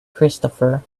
christopher